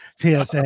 PSA